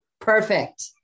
perfect